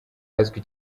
azwi